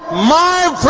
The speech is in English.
my